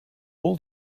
all